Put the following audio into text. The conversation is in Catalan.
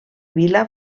vila